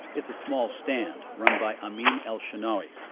it's a small stand run by amin el-shenawi.